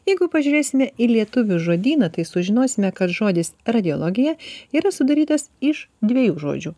jeigu pažiūrėsime į lietuvių žodyną tai sužinosime kad žodis radiologija yra sudarytas iš dviejų žodžių